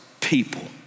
people